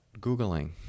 googling